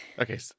Okay